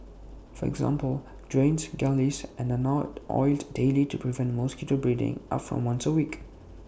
for example drains gullies and are now oiled daily to prevent mosquito breeding up from once A week